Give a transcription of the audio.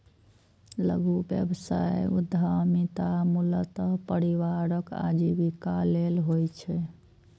लघु व्यवसाय उद्यमिता मूलतः परिवारक आजीविका लेल होइ छै